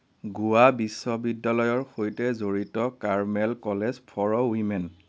গোৱা বিশ্ববিদ্যালয়ৰ সৈতে জড়িত কাৰ্মেল কলেজ ফৰ উইমেন